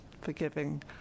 forgiving